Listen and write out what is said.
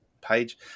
page